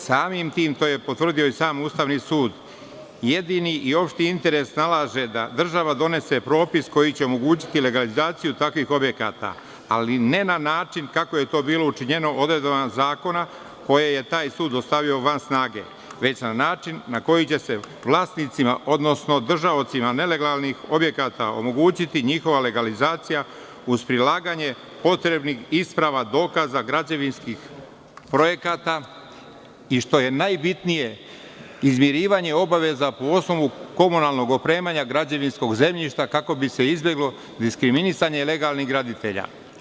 Samim tim, to je potvrdio i sam Ustavni sud jedini i opšti interes nalaže da država donese propis koji će omogućiti legalizaciju takvih objekata, ali ne na način kako je to bilo učinjeno odredbama zakona koje je taj sud stavio van snage, već na način na koji će se vlasnicima, odnosno držaocima nelegalnih objekata omogućiti njihova legalizacija uz prilaganje potrebnih isprava, dokaza, građevinskih projekata i što je najbitnije izmirivanje obaveza po osnovu komunalnog opremanja građevinskog zemljišta kako bi se izbeglo diskriminisanje legalnih graditelja.